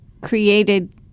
created